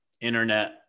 internet